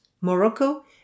Morocco